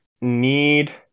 need